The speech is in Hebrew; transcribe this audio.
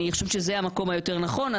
אני חושבת שזה המקום היותר נכון.